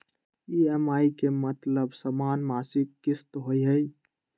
EMI के मतलब समान मासिक किस्त होहई?